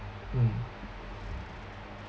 mm